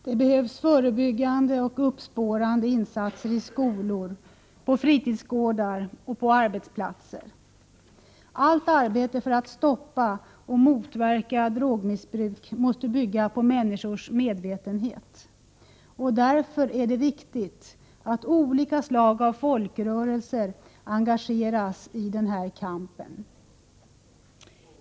Det behövs förebyggande och uppspårande insatser i skolor, på fritidsgårdar och på arbetsplatser. Allt arbete för att stoppa och motverka drogmissbruk måste bygga på människors medvetenhet. Därför är det viktigt att olika slag av folkrörelser engageras i denna kamp.